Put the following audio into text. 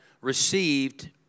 received